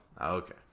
Okay